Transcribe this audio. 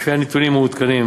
לפי נתונים מעודכנים